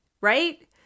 right